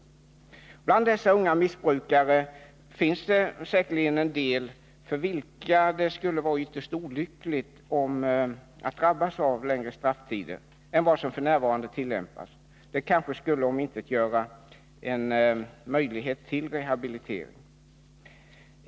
För en del av dessa unga missbrukare skulle det säkerligen vara ytterst olyckligt att drabbas av längre strafftider än som f. n. tillämpas. Det skulle kanske omintetgöra en möjlighet för dessa till rehabilitering.